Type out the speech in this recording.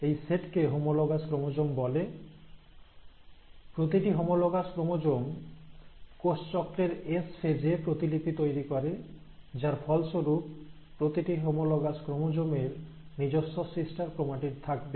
এই সেট কে homologous chromosome বলে প্রতিটি হোমোলোগাস ক্রোমোজোম কোষ চক্রের এস ফেজ এ প্রতিলিপি তৈরি করে যার ফলস্বরূপ প্রতিটি হোমোলোগাস ক্রোমোজোমের নিজস্ব সিস্টার ক্রোমাটিড থাকবে